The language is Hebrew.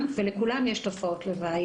כשכל המרכיב החקלאי מבוצע כלפי צמח,